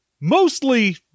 mostly